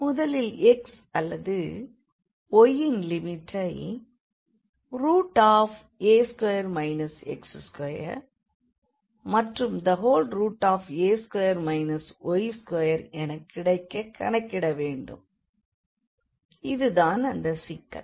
முதலில் x அல்லது y இன் லிமிட்டை a2 x2 மற்றும் a2 y2 எனக்கிடைக்க கணக்கிட வேண்டும் இது தான் அந்த சிக்கல்